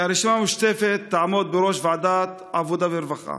שהרשימה המשותפת תעמוד בראש ועדת העבודה והרווחה